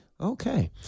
okay